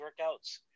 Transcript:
workouts